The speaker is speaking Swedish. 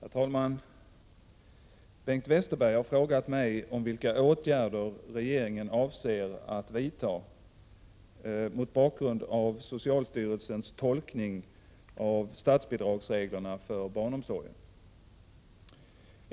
Herr talman! Bengt Westerberg har frågat mig om vilka åtgärder regeringen avser att vidta mot bakgrund av socialstyrelsens tolkning av statsbidragsreglerna för barnomsorgen.